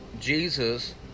Jesus